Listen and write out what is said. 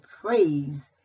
praise